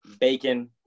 bacon